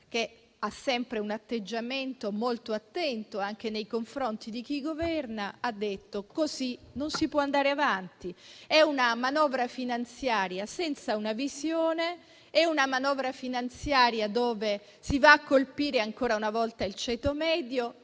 che ha sempre un atteggiamento molto attento anche nei confronti di chi governa, ha detto che così non si può andare avanti. È una manovra finanziaria senza una visione, è una manovra finanziaria dove si va a colpire ancora una volta il ceto medio